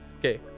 Okay